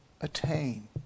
attain